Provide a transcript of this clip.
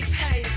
pay